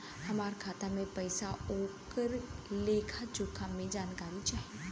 हमार खाता में पैसा ओकर लेखा जोखा के जानकारी चाही?